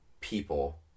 people